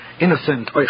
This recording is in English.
innocent